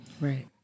Right